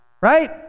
right